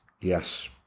Yes